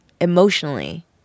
emotionally